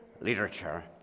literature